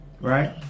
Right